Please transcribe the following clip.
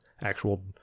actual